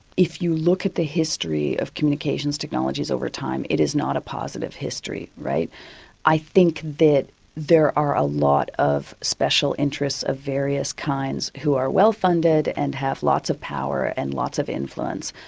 if you look at the history of communications technologies over time it is not a positive history. i think that there are a lot of special interests of various kinds who are well funded and have lots of power and lots of influence,